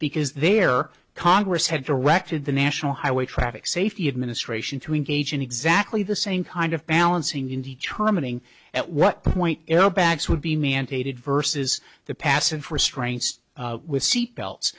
because their congress had directed the national highway traffic safety administration to engage in exactly the same kind of balancing in determining at what point airbags would be mandated verses the passive restraints with seat belts